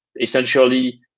essentially